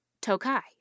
Tokai